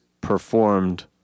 performed